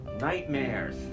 Nightmares